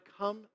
come